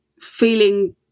feeling